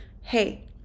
hey